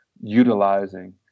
utilizing